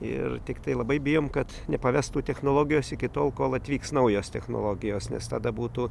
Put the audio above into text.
ir tiktai labai bijom kad nepavestų technologijos iki tol kol atvyks naujos technologijos nes tada būtų